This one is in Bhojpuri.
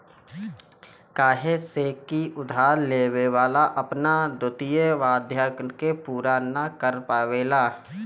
काहे से की उधार लेवे वाला अपना वित्तीय वाध्यता के पूरा ना कर पावेला